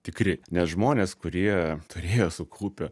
tikri nes žmonės kurie turėjo sukaupę